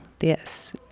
Yes